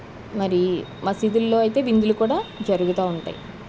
మరీ మసీదుల్లో అయితే విందులు కూడా జరుగుతూ ఉంటాయి